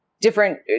different